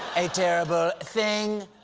a terrible thing.